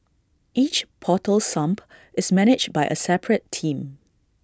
each portal sump is managed by A separate team